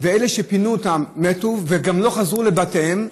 ואלה שפינו אותם מתו וגם לא חזרו לבתיהם,